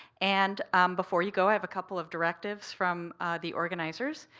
and before you go, i have a couple of directives from the organizers.